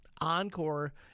Encore